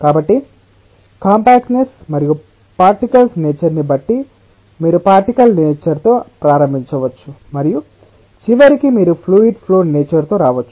కాబట్టి కంప్యాక్ట్నెస్ మరియు particles nature ని బట్టి మీరు పార్టికల్ నేచర్ తో ప్రారంభించవచ్చు మరియు చివరికి మీరు ఫ్లూయిడ్ ఫ్లో నేచర్ తో రావచ్చు